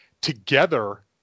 together